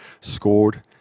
scored